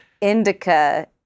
Indica